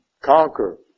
conquer